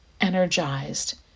energized